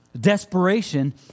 desperation